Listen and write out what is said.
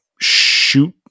shoot